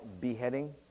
beheading